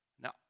now